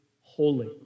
holy